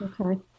Okay